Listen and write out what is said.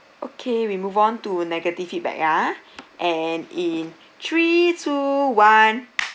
okay we move on to negative feedback ya and in three two one